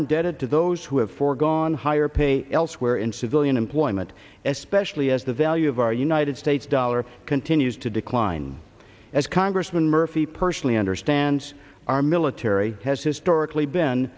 indebted to those who have foregone higher pay elsewhere in civilian employment especially as the value of our united states dollar continues to decline as congressman murphy personally understands our military has historically been